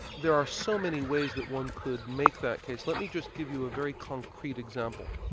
there are so many ways that one could make that case. let me just give you a very concrete example.